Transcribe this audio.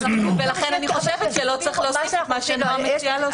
ולכן אני חושבת שלא צריך להוסיף את מה שנעה מציעה להוסיף.